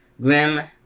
Grim